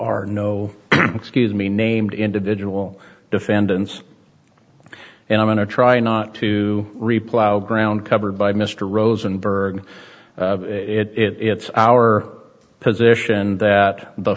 are no excuse me named individual defendants and i'm gonna try not to reply ground covered by mr rosenberg it's our position that the